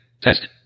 Test